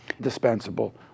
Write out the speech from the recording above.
dispensable